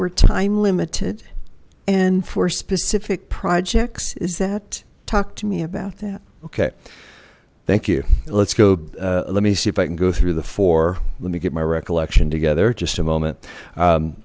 were time limited and for specific projects is that talk to me about that okay thank you let's go let me see if i can go through the four let me get my recollection together just a moment